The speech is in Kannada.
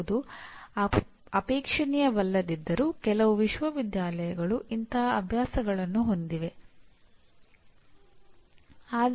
ಸಾಮರ್ಥ್ಯ ಎಂದರೆ ಅವರು ಈಗಾಗಲೇ ಪರಿಚಯವಿಲ್ಲದ ನೈಜ ಜಗತ್ತಿನ ಸಮಸ್ಯೆಗಳನ್ನು ಪರಿಹರಿಸುವ ಸಾಮರ್ಥ್ಯ ಹೊಂದಿದ್ದಾರೆ ಎಂದು ಅರ್ಥ